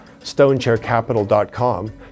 stonechaircapital.com